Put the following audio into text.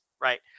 right